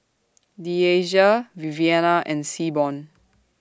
Deasia Viviana and Seaborn